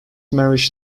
marriage